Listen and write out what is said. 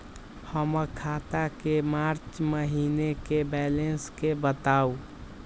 हमर खाता के मार्च महीने के बैलेंस के बताऊ?